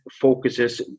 focuses